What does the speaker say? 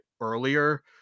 earlier